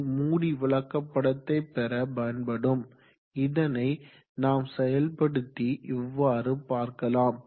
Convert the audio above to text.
இது மூடி விளக்கப்படத்தை பெற பயன்படும் இதனை நாம் செயல்படுத்தி இவ்வாறு பார்க்கலாம்